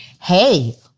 hey